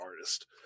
artist